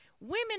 Women